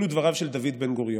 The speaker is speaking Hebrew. אלו דבריו של דוד בן-גוריון,